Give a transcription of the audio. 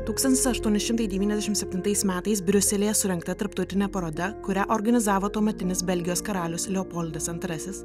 tūkstantis aštuoni šimtai devyniasdešimt septintais metais briuselyje surengta tarptautinė paroda kurią organizavo tuometinis belgijos karalius leopoldas antrasis